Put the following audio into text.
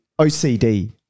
OCD